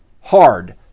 Hard